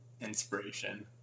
inspiration